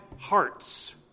hearts